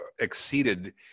Exceeded